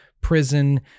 prison